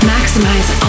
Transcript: Maximize